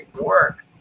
work